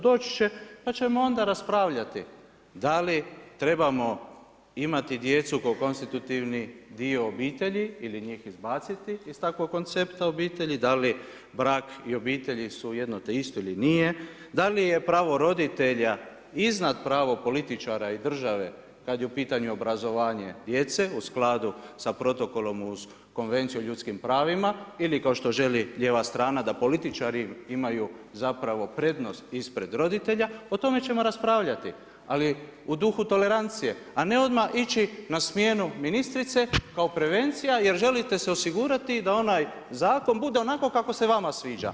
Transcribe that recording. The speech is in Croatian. Doći će, pa ćemo onda raspravljati da li trebamo imati djecu kao konstitutivni dio obitelji ili njih izbaciti iz takvog koncepta obitelji, da li brak i obitelji su jedno te isto ili nije, da li je pravo roditelja iznad pravo političara i države kada je u pitanju obrazovanje djece u skladu sa Protokolom uz Konvenciju o ljudskim pravima, ili kao što želi lijeva strana da političari imaju zapravo prednost ispred roditelja o tome ćemo raspravljati ali u duhu tolerancije, a ne odmah ići na smjenu ministrice kao prevencija jer želite se osigurati da onaj zakon bude onako kako se vama sviđa.